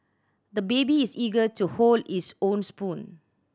the baby is eager to hold his own spoon